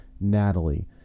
Natalie